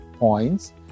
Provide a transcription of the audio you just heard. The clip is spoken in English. points